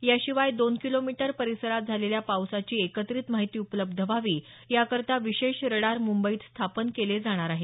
याशिवाय दोन किलोमीटर परिसरात झालेल्या पावसाची एकत्रित माहिती उपलब्ध व्हावी याकरता विशेष रडार मुंबईत स्थापन केले जाणार आहेत